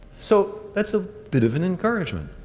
so, that's a bit of an encouragement.